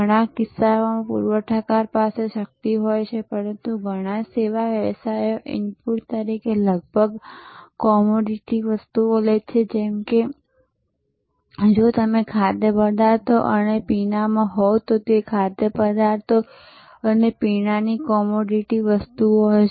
ઘણા કિસ્સાઓમાં પૂરવઠાકર પાસે શક્તિ હોય છે પરંતુ ઘણા સેવા વ્યવસાયો ઇનપુટ તરીકે લગભગ કોમોડિટી વસ્તુઓ લે છે જેમ કે જો તમે ખાદ્યપદાર્થો અને પીણામાં હોવ તો તે ખાદ્યપદાર્થો અને પીણાની કોમોડિટી વસ્તુઓ હશે